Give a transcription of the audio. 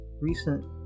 recent